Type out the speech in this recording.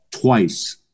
twice